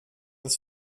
des